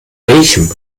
welchem